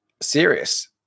serious